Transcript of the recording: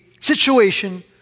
situation